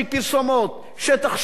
שטח שוק קטן,